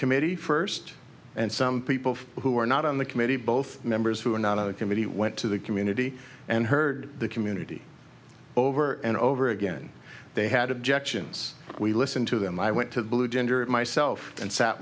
committee first and some people who were not on the committee both members who were not on the committee went to the community and heard the community over and over again they had objections we listen to them i went to the blue gender myself and sat